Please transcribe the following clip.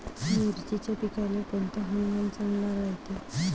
मिर्चीच्या पिकाले कोनता हंगाम चांगला रायते?